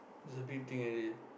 it's a big thing already